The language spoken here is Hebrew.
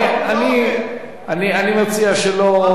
אני מציע שלא,